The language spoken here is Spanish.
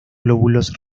glóbulos